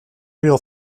reel